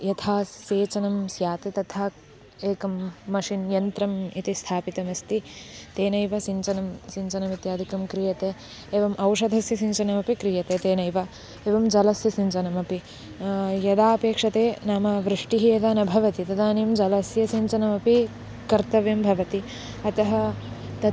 यथा सेचनं स्यात् तथा एकं मशिन् यन्त्रम् इति स्थापितमस्ति तेनेव सिञ्चनं सिञ्चनमित्यादिकं क्रियते एवम् औषधस्य सिञ्चनमपि क्रियते तेनैव एवं जलस्य सिञ्चनमपि यदा अपेक्षते नाम वृष्टिः यदा न भवति तदानीं जलस्य सिञ्चनमपि कर्तव्यं भवति अतः तत्